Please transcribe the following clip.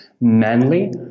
manly